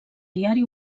diari